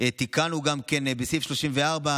תיקנו גם בסעיף 34,